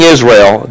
Israel